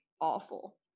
awful